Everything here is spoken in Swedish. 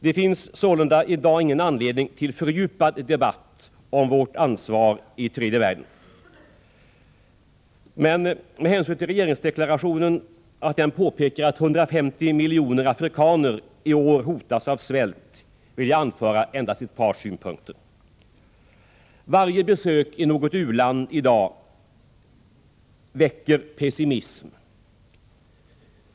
Det finns sålunda i dag ingen anledning till fördjupad debatt om vårt ansvar i tredje världen. Men med hänsyn till regeringsdeklarationens påpekande att 150 miljoner afrikaner i år hotas av svält vill jag anföra ett par synpunkter. Varje besök i något u-land i dag väcker pessimism.